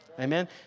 Amen